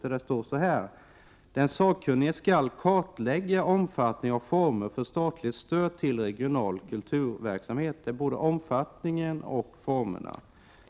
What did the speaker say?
Det heter där: ”Den sakkunnige skall kartlägga omfattning och former för statligt stöd till regional kulturverksamhet ———”— det gäller alltså både omfattningen och formerna.